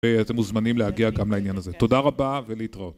ואתם מוזמנים להגיע גם לעניין הזה. תודה רבה ולהתראות.